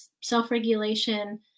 self-regulation